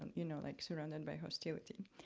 um you know, like surrounded by hostility.